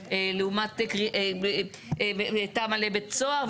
לעומת קו מתח לעומת תמ"א לבית סוהר,